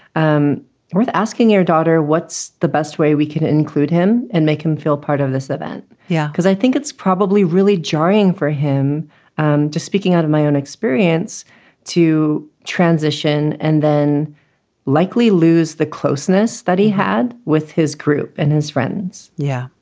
um worth asking your daughter, what's the best way we can include him and make him feel part of this event? yeah. because i think it's probably really jarring for him and to speaking out of my own experience to transition and then likely lose the closeness that he had with his group and his friends yeah.